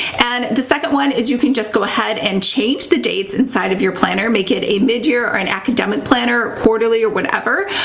and the second one is you can just go ahead and change the dates inside of your planner, make it a midyear or an academic planner, quarterly or whatever.